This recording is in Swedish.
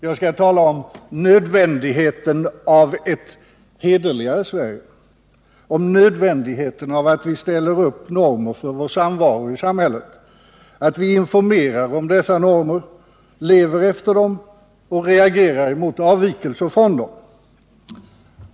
Jag skall nämligen tala om nödvändigheten av ett hederligare Sverige, om nödvändigheten av att vi ställer upp normer för vår samvaro i samhället, att vi informerar om dessa normer, lever efter dem och reagerar mot avvikelser från dem.